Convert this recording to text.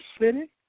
city